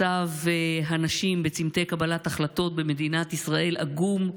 מצב הנשים בצומתי קבלת החלטות במדינת ישראל עגום,